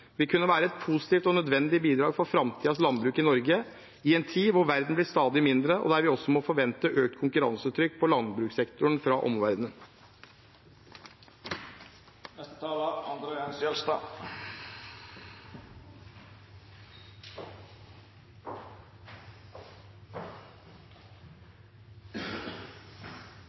vil kunne være et positivt og nødvendig bidrag for framtidens landbruk i Norge – i en tid hvor verden blir stadig mindre, og der vi også må forvente økt konkurransetrykk på landbrukssektoren fra